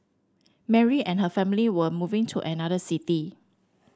Mary and her family were moving to another city